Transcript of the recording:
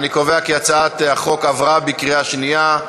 אני קובע כי הצעת החוק עברה בקריאה שנייה.